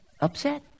upset